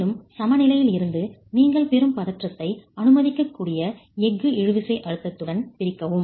மேலும் சமநிலையிலிருந்து நீங்கள் பெறும் பதற்றத்தை அனுமதிக்கக்கூடிய எஃகு இழுவிசை அழுத்தத்துடன் பிரிக்கவும்